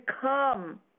come